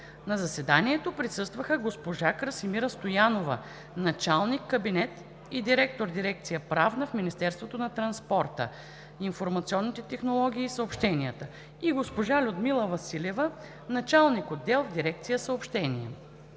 На заседанието присъстваха госпожа Красимира Стоянова – началник кабинет и директор дирекция „Правна“ в Министерството на транспорта, информационните технологии и съобщенията, и госпожа Людмила Василева – началник отдел в дирекция „Съобщения“.